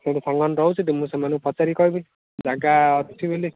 ସେଇଠି ସାଙ୍ଗ ମାନେ ରହୁଛନ୍ତି ମୁଁ ସେମାନଙ୍କୁ ପଚାରିକି କହିବି ଜାଗା ଅଛି ବୋଲି